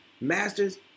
masters